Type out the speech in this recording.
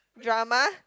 drama